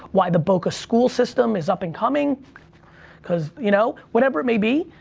why the boca school system is up and coming cause, you know, whatever it may be,